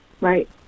right